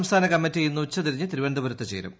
സംസ്ഥാന കമ്മിറ്റി ഇന്ന് ഉച്ചതിരിഞ്ഞ് തിരുവനന്തപുരത്ത് ചേരും